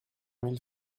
mille